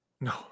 No